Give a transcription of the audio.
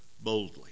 boldly